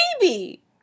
baby